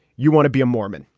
you want to be a mormon.